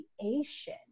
creation